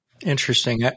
Interesting